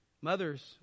mothers